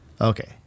Okay